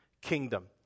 kingdom